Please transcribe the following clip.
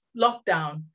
lockdown